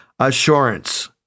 Assurance